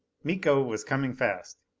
miko was coming fast!